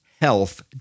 health